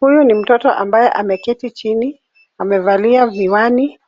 Huyu ni mtoto ambaye ameketi chini, amevalia miwani